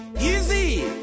Easy